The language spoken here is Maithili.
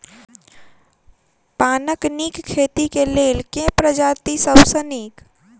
पानक नीक खेती केँ लेल केँ प्रजाति सब सऽ नीक?